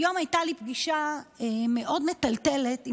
היום הייתה לי פגישה מאוד מטלטלת עם